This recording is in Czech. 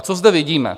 Co zde vidíme?